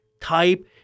type